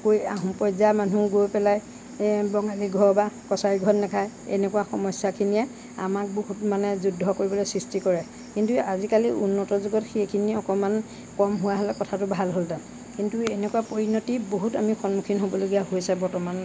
আকৌ আহোম পৰ্যায়ৰ মানুহ গৈ পেলাই এ বঙালী ঘৰ বা কছাৰী ঘৰত নেখায় এনেকুৱা সমস্যাখিনিয়ে আমাক বহুত মানে যুদ্ধ কৰিবলৈ সৃষ্টি কৰে কিন্তু আজিকালি উন্নত যুগত সেইখিনি অকণমান কম হোৱা হ'লে কথাটো ভাল হ'লহেঁতেন কিন্তু এনেকুৱা পৰিণতি বহুত আমি সন্মুখীন হ'বলগীয়া হৈছে বৰ্তমান